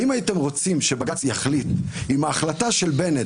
האם הייתם רוצים שבג"צ יחליט אם ההחלטה של בנט